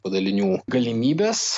padalinių galimybes